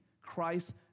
Christ